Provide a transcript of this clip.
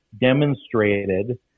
demonstrated